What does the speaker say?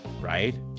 right